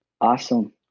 awesome